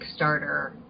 Kickstarter